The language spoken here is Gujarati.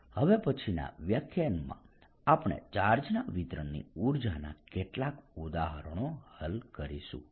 હવે પછીના વ્યાખ્યાનમાં આપણે ચાર્જના વિતરણની ઊર્જાના કેટલાક ઉદાહરણો હલ કરીશું